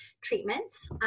treatments